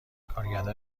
کارگردان